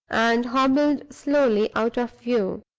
and hobbled slowly out of view.